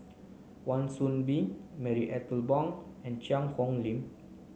Wan Soon Bee Marie Ethel Bong and Cheang Hong Lim